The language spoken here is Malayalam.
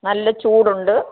നല്ല ചൂടുണ്ട്